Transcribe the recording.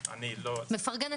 אני מתנצל